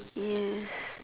yes